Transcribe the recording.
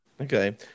Okay